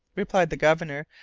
replied the governor,